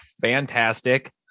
fantastic